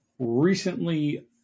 Recently